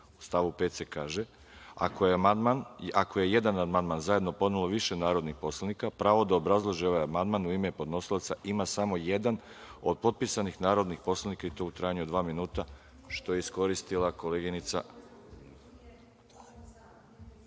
stavu 5. se kaže – ako je jedan amandman zajedno podnelo više narodnih poslanika, pravo da obrazloži ovaj amandman u ime podnosilaca ima samo jedan od potpisanih narodnih poslanika i to u trajanju od dva minuta, što je iskoristila koleginica.(Gordana